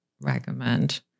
recommend